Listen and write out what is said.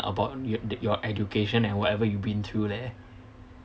about yo~ th~ your education and whatever you've been through leh